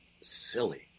silly